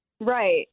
Right